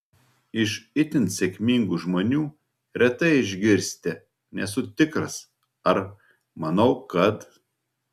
iš itin sėkmingų žmonių retai išgirsite nesu tikras ar manau kad